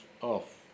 off